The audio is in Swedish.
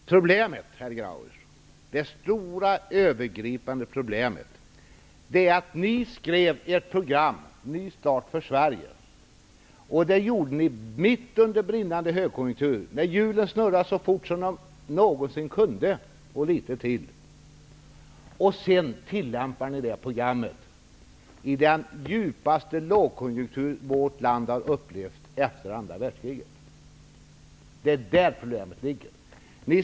Herr talman! Det stora övergripande problemet, herr Grauers, är att ni skrev programmet Ny start för Sverige mitt under brinnande högkonjunktur när hjulen snurrade så fort som de någonsin kunde. Sedan tillämpar ni det programmet i den djupaste lågkonjunktur som vårt land har upplevt efter andra världskriget. Det är där problemet ligger.